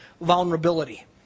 vulnerability